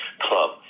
Club